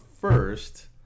first